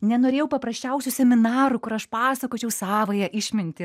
nenorėjau paprasčiausių seminarų kur aš pasakočiau savąją išmintį